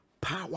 power